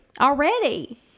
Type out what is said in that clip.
Already